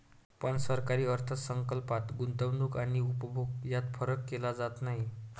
पण सरकारी अर्थ संकल्पात गुंतवणूक आणि उपभोग यात फरक केला जात नाही